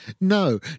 No